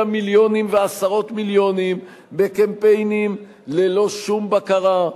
מיליונים ועשרות מיליונים בקמפיינים ללא שום בקרה,